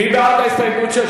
מי בעד הסתייגות 6?